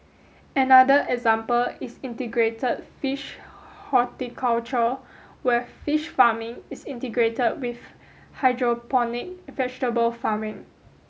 another example is integrated fish horticulture where fish farming is integrated with hydroponic vegetable farming